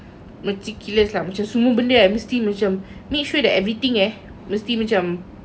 meticulous lah macam semua benda I mesti macam make sure that everything eh mesti macam